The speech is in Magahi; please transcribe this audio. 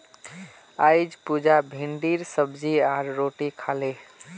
अईज पुजा भिंडीर सब्जी आर रोटी खा ले